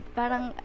parang